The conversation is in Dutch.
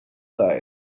tijd